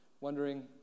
wondering